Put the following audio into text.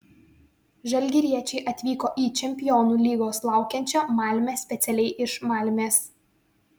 žalgiriečiai atvyko į čempionų lygos laukiančią malmę specialiai iš malmės